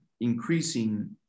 increasing